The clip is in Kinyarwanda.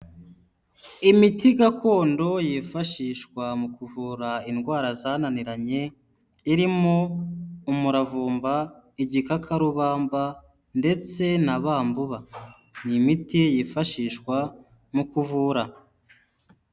Imiti gakondo yifashishwa mu kuvura indwara zananiranye; irimo umuravumba, igikakarubamba ndetse na bambuba. Ni imiti yifashishwa mu kuvura.